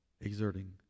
exerting